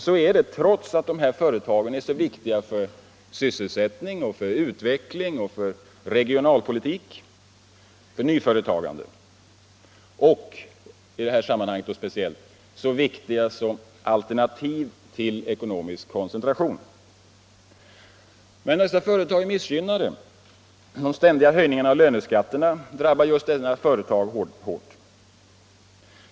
Så är det trots att de företagen är så viktiga för sysselsättning, för utveckling, för regionalpolitik, för nyföretagande och speciellt som alternativ till ekonomisk koncentration. Dessa företag är missgynnade. De ständiga höjningarna av olika löneskatter drabbar just dem hårt.